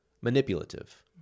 manipulative